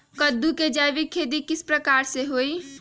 कददु के जैविक खेती किस प्रकार से होई?